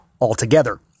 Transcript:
altogether